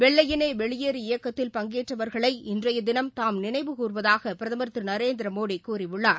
வெள்ளையேனேவெளியேறு இயக்கத்தில் பங்கேற்றவர்களை இன்றையதினம் தாம் நினைவு கூர்வதாகபிரதமா் திருநரேந்திரமோடிகூறியுள்ளார்